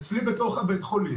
אצלי בתוך בית החולים,